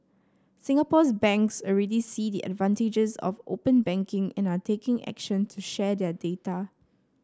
Singapore's banks already see the advantages of open banking and are taking action to share their data